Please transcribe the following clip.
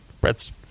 brett's